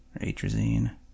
atrazine